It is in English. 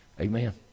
Amen